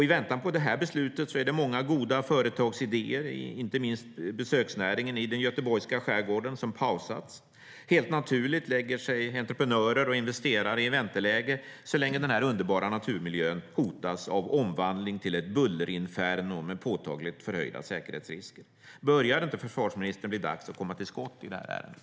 I väntan på det beslutet är det många goda företagsidéer, inte minst inom besöksnäringen i den göteborgska skärgården, som pausar. Helt naturligt lägger sig entreprenörer och investerare i vänteläge så länge den här underbara naturmiljön hotas av omvandling till ett bullerinferno med påtagligt förhöjda säkerhetsrisker. Börjar det inte, försvarsministern, bli dags att komma till skott i det här ärendet?